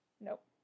Nope